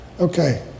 Okay